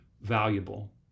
valuable